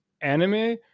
anime